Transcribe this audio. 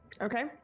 Okay